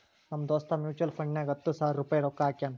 ನಮ್ ದೋಸ್ತ್ ಮ್ಯುಚುವಲ್ ಫಂಡ್ನಾಗ್ ಹತ್ತ ಸಾವಿರ ರುಪಾಯಿ ರೊಕ್ಕಾ ಹಾಕ್ಯಾನ್